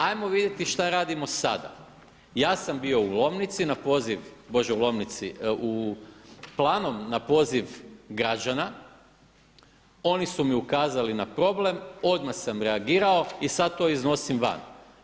Ajmo vidjeti šta radimo sada, ja sam bio u Lomnici na poziv, Bože u Lomnici, u Planom na poziv građana, ni su mi ukazali na problem, odmah sam reagirao i sada to iznosim van.